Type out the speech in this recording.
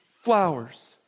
flowers